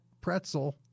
pretzel